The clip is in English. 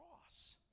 cross